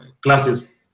classes